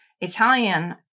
Italian